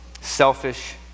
selfish